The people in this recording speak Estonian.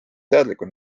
teadlikud